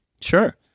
Sure